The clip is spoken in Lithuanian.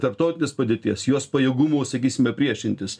tarptautinės padėties jos pajėgumų sakysime priešintis